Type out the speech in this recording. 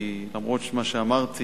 כי למרות מה שאמרתי